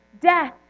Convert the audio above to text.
death